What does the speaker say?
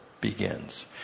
begins